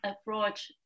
approach